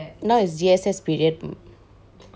now is G_S_S period